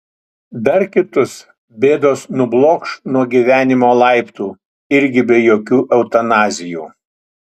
dar kitus bėdos nublokš nuo gyvenimo laiptų irgi be jokių eutanazijų